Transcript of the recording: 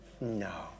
No